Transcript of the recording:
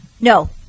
No